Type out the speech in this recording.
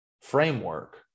framework